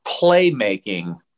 playmaking